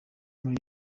muri